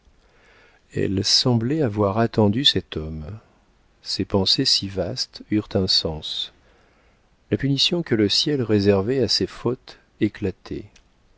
elle semblait avoir attendu cet homme ses pensées si vastes eurent un sens la punition que le ciel réservait à ses fautes éclatait